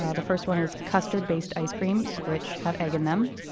ah the first one is custard-based ice creams, which have egg in them.